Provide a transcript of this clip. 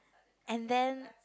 and then